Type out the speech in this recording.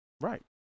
right